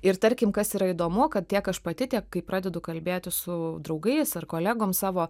ir tarkim kas yra įdomu kad tiek aš pati tiek kai pradedu kalbėti su draugais ar kolegom savo